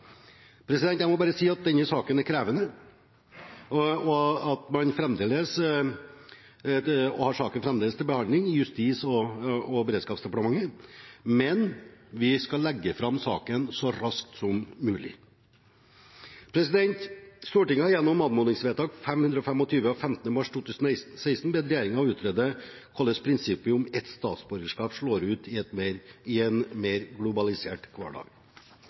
Jeg må bare si at denne saken er krevende, og at man fremdeles har saken til behandling i Justis- og beredskapsdepartementet, men vi skal legge fram saken så raskt som mulig. Stortinget har gjennom anmodningsvedtak 525 av 15. mars 2016 bedt regjeringen utrede hvordan prinsippet om ett statsborgerskap slår ut i en mer globalisert hverdag.